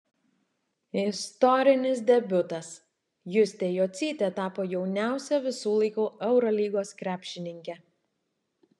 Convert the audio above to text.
istorinis debiutas justė jocytė tapo jauniausia visų laikų eurolygos krepšininke